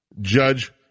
Judge